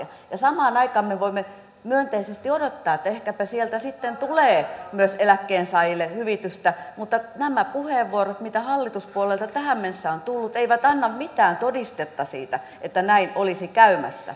ja samaan aikaan me voimme myönteisesti odottaa että ehkäpä sieltä sitten tulee myös eläkkeensaajille hyvitystä mutta nämä puheenvuorot mitä hallituspuolueilta tähän mennessä on tullut eivät anna mitään todistetta siitä että näin olisi käymässä